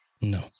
No